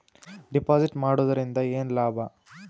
Deposit ಮಾಡುದರಿಂದ ಏನು ಲಾಭ?